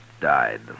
died